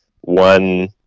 one